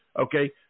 okay